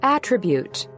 Attribute